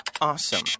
awesome